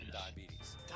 Diabetes